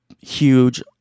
huge